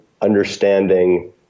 understanding